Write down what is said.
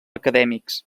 acadèmics